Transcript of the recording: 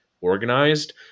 organized